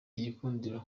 gikundiro